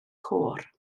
côr